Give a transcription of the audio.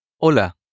Hola